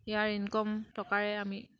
ইয়াৰ income টকাৰে আমি